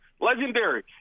Legendary